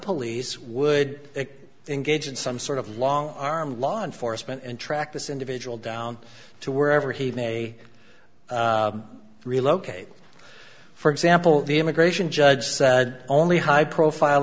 police would engage in some sort of long arm law enforcement and track this individual down to wherever he may relocate for example the immigration judge said only high profile